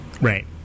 Right